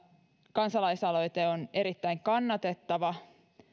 kansalaisaloite on erittäin kannatettava